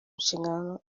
nshingano